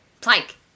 Plank